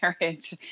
marriage